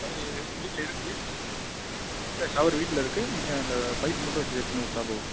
shower வீட்டில் இருக்குது இல்லை ஷவர் வீட்டில் இருக்குது நீங்கள் அந்த பைப் மட்டும் வச்சு செட் பண்ணிக்கொடுத்தா போதும்